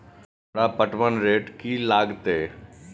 हमरा पटवन रेट की लागते?